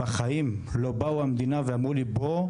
בחיים לא באו המדינה ואמרו "בוא,